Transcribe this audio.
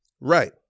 Right